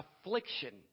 affliction